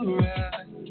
right